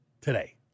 today